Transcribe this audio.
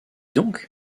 donc